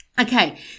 Okay